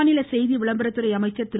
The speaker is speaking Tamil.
மாநில செய்தி விளம்பரத்துறை அமைச்சர் திரு